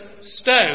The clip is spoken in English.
stone